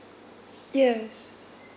yes